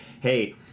hey